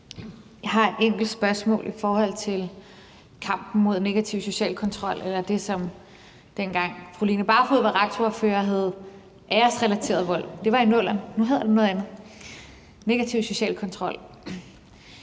Jeg har et enkelt spørgsmål i forhold til kampen mod negativ social kontrol eller det, som, dengang fru Line Barfod var retsordfører, hed »æresrelateret vold«. Det var i 00'erne, og nu hedder det noget andet, nemlig »negativ social kontrol«.